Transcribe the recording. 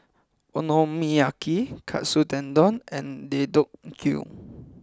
Okonomiyaki Katsu Tendon and Deodeok Gui